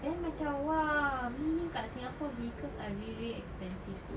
then macam !whoa! meaning kat Singapore vehicles are really really expensive seh